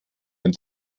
uns